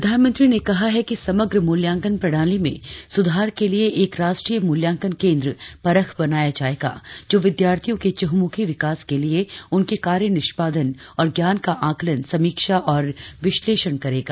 प्रधानमंत्री ने कहा है कि समग्र मूल्यांकन प्रणाली में सुधार के लिए एक राष्ट्रीय मूल्यांकन केन्द्र परख बनाया जाएगा जो विद्यार्थियों के चहमुखी विकास के लिए उनके कार्य निष्पादन और जान का आकलन समीक्षा तथा विश्लेषण करेगा